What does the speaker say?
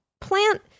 plant